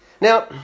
Now